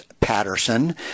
Patterson